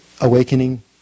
awakening